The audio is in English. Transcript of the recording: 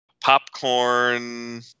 Popcorn